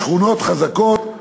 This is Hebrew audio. בשכונות חזקות,